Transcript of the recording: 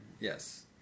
yes